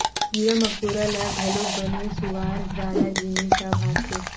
कीरा मकोरा ल घलोक बने सुवाद वाला जिनिस ह भाथे